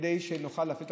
כדי שנוכל להפעיל את